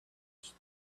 was